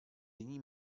nyní